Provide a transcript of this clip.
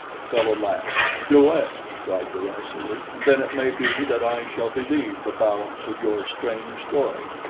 the fellow laughed. do it, he cried derisively, and then it may be that i shall believe the balance of your strange story.